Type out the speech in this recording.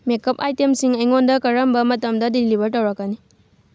makeup ꯑꯥꯏꯇꯦꯝꯁꯤꯡ ꯑꯩꯉꯣꯟꯗ ꯀꯔꯝꯕ ꯃꯇꯝꯗ ꯗꯤꯂꯤꯚꯔ ꯇꯧꯔꯛꯀꯅꯤ